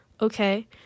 Okay